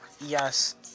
yes